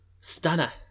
Stunner